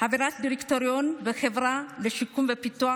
חברת דירקטוריון בחברה לשיקום ופיתוח